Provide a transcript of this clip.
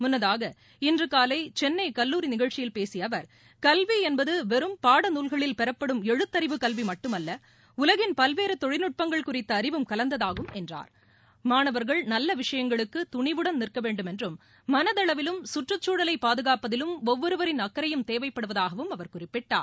முன்னதாக இன்று காலை சென்ளை கல்லூரி நிகழ்ச்சியில் பேசிய அவர் கல்வி என்பது வெறும் பாடநூல்களில் பெறப்படும் எழுத்தறிவு கல்வி மட்டுமல்ல உலகின் பல்வேறு தொழில்நுட்பங்கள் குறித்த அறிவும் கலந்ததாகும் என்றார் மாணவா்கள் நல்ல விஷயங்களுக்கு துணிவுடன் நிற்க வேண்டுமென்றும் மனதளவிலும் கற்றுச்சூழலை பாதுகாப்பதிலும் ஒவ்வொருவரின் அக்கறையும் தேவைப்படுவதாகவும் அவர் குறிப்பிட்டார்